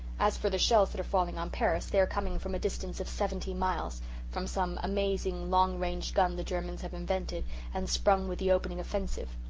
as for the shells that are falling on paris, they are coming from a distance of seventy miles from some amazing long-range gun the germans have invented and sprung with the opening offensive.